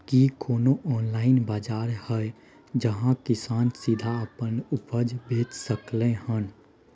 की कोनो ऑनलाइन बाजार हय जहां किसान सीधा अपन उपज बेच सकलय हन?